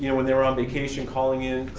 you know when they were on vacation, calling in.